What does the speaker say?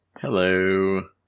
Hello